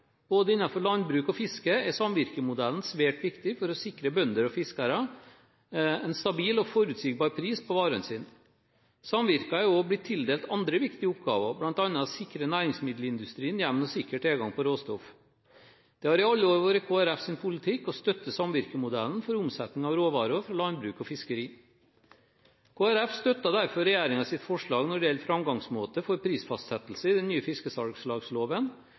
både landbruk og fiske er samvirkemodellen svært viktig for å sikre bønder og fiskere en stabil og forutsigbar pris på varene sine. Samvirkene har også blitt tildelt andre viktige oppgaver, bl.a. å sikre næringsmiddelindustrien jevn og sikker tilgang på råstoff. Det har i alle år vært Kristelig Folkepartis politikk å støtte samvirkemodellen for omsetning av råvarer fra landbruk og fiskeri. Kristelig Folkeparti støtter derfor regjeringens forslag når det gjelder framgangsmåte for prisfastsettelse i den nye fiskesalgslagsloven,